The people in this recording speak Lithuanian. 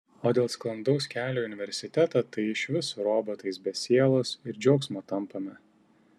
o dėl sklandaus kelio į universitetą tai išvis robotais be sielos ir džiaugsmo tampame